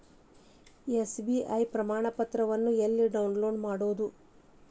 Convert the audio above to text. SBI ಪ್ರಮಾಣಪತ್ರವನ್ನ ಎಲ್ಲೆ download ಮಾಡೊದು?